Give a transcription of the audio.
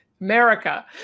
America